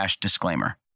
disclaimer